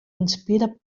inspira